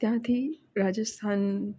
ત્યાંથી રાજસ્થાન